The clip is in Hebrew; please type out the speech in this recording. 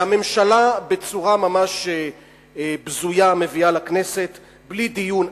שהממשלה בצורה ממש בזויה מביאה לכנסת, בלי דיון.